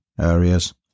areas